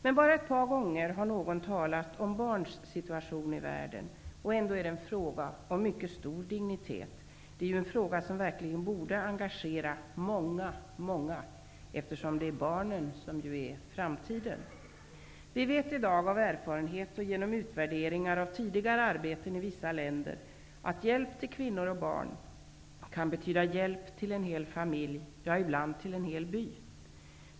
Men bara ett par gånger har någon talat om barns situation i världen, och ändå är det en fråga av mycket stor dignitet. Det är ju en fråga som verkligen borde engagera många, eftersom det är barnen som är framtiden. Vi vet i dag av erfarenhet och genom utvärderingar av tidigare arbeten i vissa länder att hjälp till kvinnor och barn kan betyda hjälp till en hel familj, ja, ibland till en hel by.